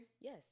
Yes